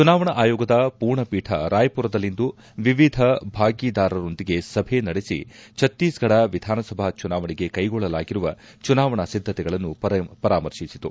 ಚುನಾವಣಾ ಆಯೋಗದ ಪೂರ್ಣಪೀಠ ರಾಯ್ಪುರದಲ್ಲಿಂದು ವಿವಿಧ ಭಾಗಿದಾರರೊಂದಿಗೆ ಸಭೆ ನಡೆಸಿ ಛತ್ತೀಸ್ಫಡ ವಿಧಾನಸಭಾ ಚುನಾವಣೆಗೆ ಕ್ಲೆಗೊಳ್ಳಲಾಗಿರುವ ಚುನಾವಣಾ ಸಿದ್ದತೆಗಳನ್ನು ಪರಾಮರ್ಶಿಸಿತು